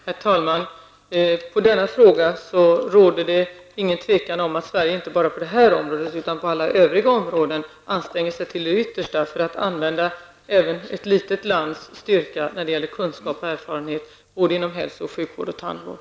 Herr talman! När det gäller denna fråga råder det inget tvivel om att Sverige inte bara på det här området utan också på alla övriga områden anstränger sig till det yttersta för att använda även ett litet lands styrka i vad avser kunskap och erfarenhet inom såväl hälso och sjukvård som tandvård.